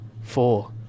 four